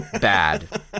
bad